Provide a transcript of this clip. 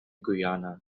guyana